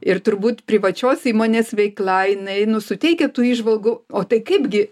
ir turbūt privačios įmonės veikla jinai nu suteikia tų įžvalgų o tai kaipgi